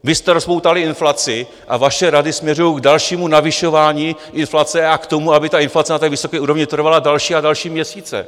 Vy jste rozpoutali inflaci a vaše rady směřují k dalšímu navyšování inflace a k tomu, aby inflace na tak vysoké úrovni trvala další a další měsíce.